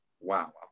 wow